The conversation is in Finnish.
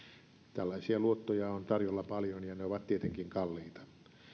tällaisia luottoja on tarjolla paljon ja ne ovat tietenkin kalliita